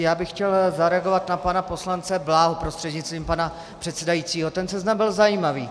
Já bych chtěl zareagovat na pana poslance Bláhu prostřednictvím pana předsedajícího, ten seznam byl zajímavý.